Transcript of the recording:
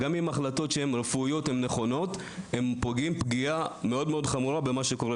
גם אם מדובר בהחלטות רפואיות נכונות הן פוגעות פגיעה חברתית חמורה.